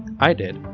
i did,